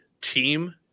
team